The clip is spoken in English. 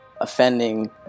offending